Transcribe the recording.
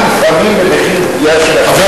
לפעמים גם במחיר פגיעה של, חבר